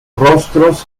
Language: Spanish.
rostros